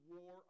war